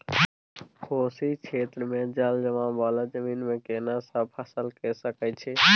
कोशी क्षेत्र मे जलजमाव वाला जमीन मे केना सब फसल के सकय छी?